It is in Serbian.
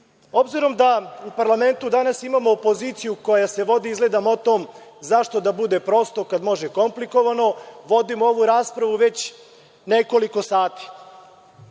Obzirom da u parlamentu danas imamo opoziciju koja se vodi izgleda motom – zašto da bude prosto kad može i komplikovano, vodimo ovu raspravu već nekoliko sati. Ono